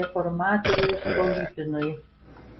reformatoriui stolypinui